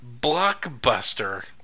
Blockbuster